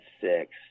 six